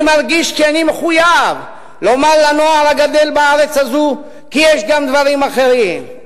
אני מרגיש שאני מחויב לומר לנוער הגדל בארץ הזאת כי יש גם דברים אחרים.